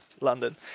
London